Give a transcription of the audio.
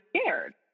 scared